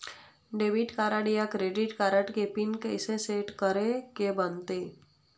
Debit card या credit card के pin कइसे सेट करे के बनते?